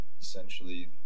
essentially